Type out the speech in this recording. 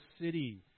city